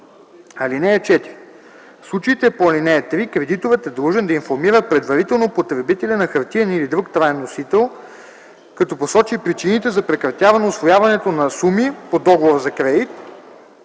време. (4) В случаите по ал. 3 кредиторът е длъжен да информира предварително потребителя на хартиен или на друг траен носител, като посочи причините за прекратяване усвояването на суми по договора за кредит,